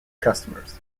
customers